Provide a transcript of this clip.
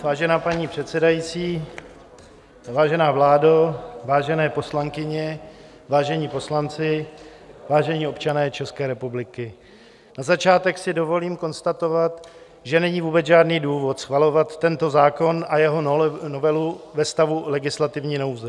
Vážená paní předsedající, vážená vládo, vážené poslankyně, vážení poslanci, vážení občané České republiky, na začátek si dovolím konstatovat, že není vůbec žádný důvod schvalovat tento zákon a jeho novelu ve stavu legislativní nouze.